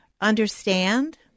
understand